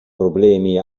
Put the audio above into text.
problemi